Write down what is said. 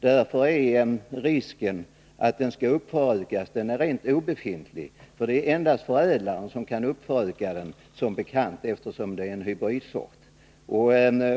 Därför är risken att den skall ”förökas” helt obefintlig. Det är endast förädlaren som kan ”föröka” den som bekant, eftersom det är en hybridsort.